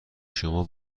شما